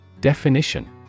Definition